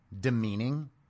demeaning